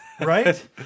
right